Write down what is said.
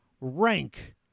rank